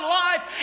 life